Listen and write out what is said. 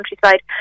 countryside